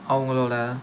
அவங்களோட